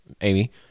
Amy